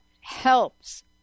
helps